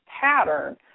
pattern